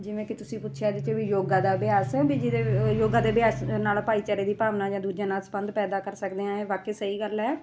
ਜਿਵੇਂ ਕਿ ਤੁਸੀਂ ਪੁੱਛਿਆ ਜਿਚ ਵੀ ਯੋਗਾ ਦਾ ਅਭਿਆਸ ਹੈ ਵੀ ਜਿਹਦੇ ਯੋਗਾ ਦੇ ਅਭਿਆਸ ਨਾਲ ਭਾਈਚਾਰੇ ਦੀ ਭਾਵਨਾ ਜਾਂ ਦੂਜਿਆਂ ਨਾਲ ਸੰਬੰਧ ਪੈਦਾ ਕਰ ਸਕਦੇ ਹਾਂ ਇਹ ਵਾਕਈ ਸਹੀ ਗੱਲ ਹੈ